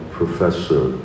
professor